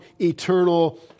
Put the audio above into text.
eternal